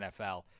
NFL